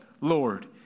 Lord